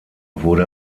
wurde